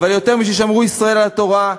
אבל יותר מששמרו ישראל על התורה,